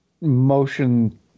motion